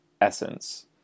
essence